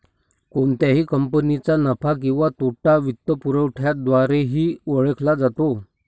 कोणत्याही कंपनीचा नफा किंवा तोटा वित्तपुरवठ्याद्वारेही ओळखला जातो